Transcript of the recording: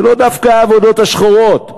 ולאו דווקא העבודות השחורות,